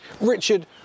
Richard